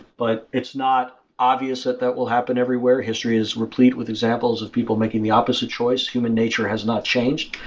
but it's not obvious that that will happen everywhere. history has replete with examples of people making the opposite choice. human nature has not changed.